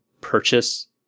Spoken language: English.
purchase